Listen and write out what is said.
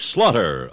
Slaughter